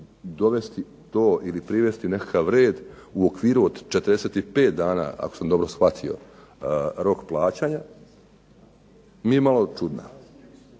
dovesti to ili privesti nekakav red u okviru od 45 dana, ako sam dobro shvatio, rok plaćanja, mi je malo čudna.